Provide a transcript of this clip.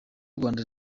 rwanda